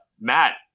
Matt